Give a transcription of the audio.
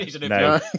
no